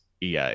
ea